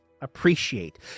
appreciate